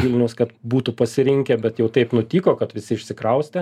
vilniaus kad būtų pasirinkę bet jau taip nutiko kad visi išsikraustė